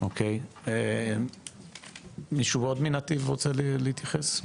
אוקי, מישהו נוסף מנתיב שרוצה להתייחס?